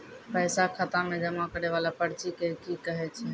पैसा खाता मे जमा करैय वाला पर्ची के की कहेय छै?